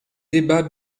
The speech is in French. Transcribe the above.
débat